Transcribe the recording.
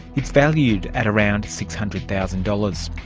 it is valued at around six hundred thousand dollars.